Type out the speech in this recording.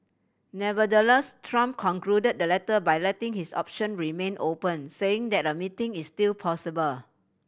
Nevertheless Trump concluded the letter by letting his option remain open saying that a meeting is still possible